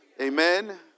Amen